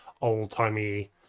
old-timey